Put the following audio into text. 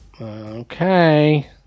Okay